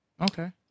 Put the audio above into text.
Okay